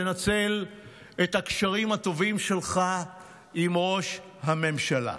לנצל את הקשרים הטובים שלך עם ראש הממשלה.